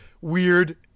weird